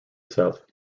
south